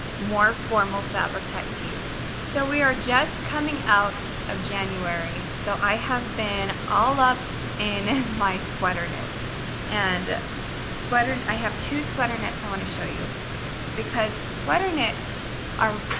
more formal fabric type to use. so we are just coming out of january so i have been all up in my sweater knits and and i have two sweater knits i want to show you because sweater knits are,